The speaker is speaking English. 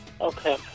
Okay